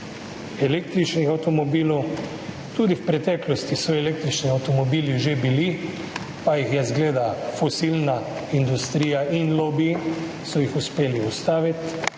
električnih avtomobilov. Tudi v preteklosti so že bili električni avtomobili, pa so jih izgleda fosilna industrija in lobiji uspeli ustaviti,